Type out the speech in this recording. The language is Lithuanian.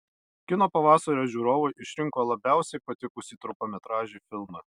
kino pavasario žiūrovai išrinko labiausiai patikusį trumpametražį filmą